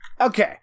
Okay